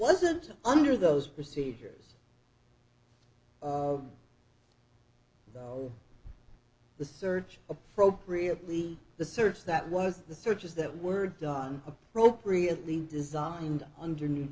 wasn't under those procedures of the search appropriately the search that was the searches that were done appropriately designed under new